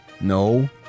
No